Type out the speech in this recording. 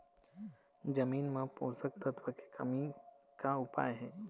जमीन म पोषकतत्व के कमी का उपाय हे?